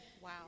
Wow